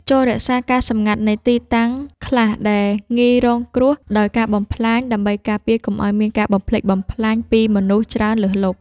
ចូររក្សាការសម្ងាត់នៃទីតាំងខ្លះដែលងាយរងគ្រោះដោយការបំផ្លាញ ដើម្បីការពារកុំឱ្យមានការបំផ្លិចបំផ្លាញពីមនុស្សច្រើនលើសលប់។